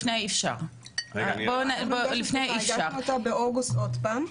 לפני ה'אי אפשר' --- הגשנו אותה באוגוסט עוד פעם,